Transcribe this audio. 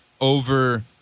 over